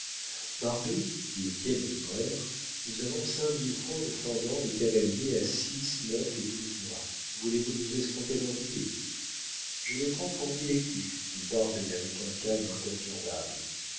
barbet dit étienne au libraire nous avons cinq mille francs de fendant et cavalier à six neuf et douze mois voulez-vous nous escompter leurs billets je les prends pour mille écus dit barbet avec un calme imperturbable